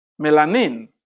melanin